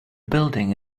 building